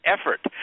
effort